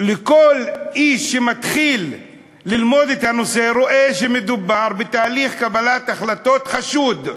כל איש שמתחיל ללמוד את הנושא רואה שמדובר בתהליך קבלת החלטות חשוד.